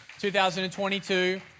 2022